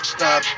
Stop